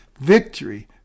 Victory